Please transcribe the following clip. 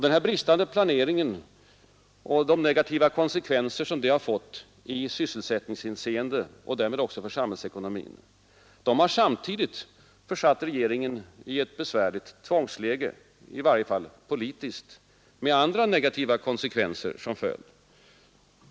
Den bristande planeringen och de negativa konsekvenser som den fått i sysselsättningshänseende och därmed också för samhällsekonomin har samtidigt försatt regeringen i ett besvärligt tvångsläge, i varje fall politiskt, med andra negativa konsekvenser som följd.